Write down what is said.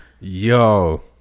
yo